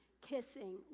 kissing